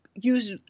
Use